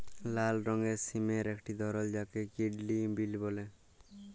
লাল রঙের সিমের একটি ধরল যাকে কিডলি বিল বল্যে